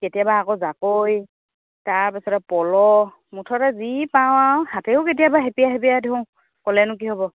কেতিয়াবা আকৌ জাকৈ তাৰপাছতে পল' মুঠতে যি পাওঁ আৰু হাতেৰেও কেতিয়াবা সেপিয়াই সেপিয়াই ধৰোঁ ক'লেনো কি হ'ব